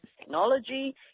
technology